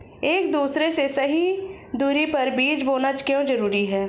एक दूसरे से सही दूरी पर बीज बोना क्यों जरूरी है?